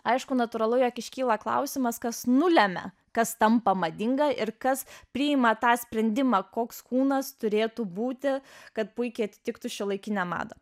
aišku natūralu jog iškyla klausimas kas nulemia kas tampa madinga ir kas priima tą sprendimą koks kūnas turėtų būti kad puikiai atitiktų šiuolaikinę madą